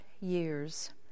years